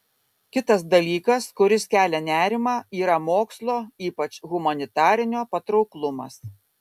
kitas dalykas kuris kelia nerimą yra mokslo ypač humanitarinio patrauklumas